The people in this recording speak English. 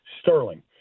sterling